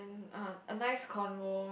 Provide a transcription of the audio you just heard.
um a nice convo